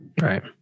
right